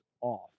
off